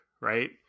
right